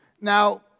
Now